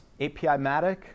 API-Matic